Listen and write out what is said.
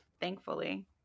thankfully